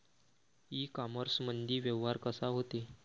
इ कामर्समंदी व्यवहार कसा होते?